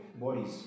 bodies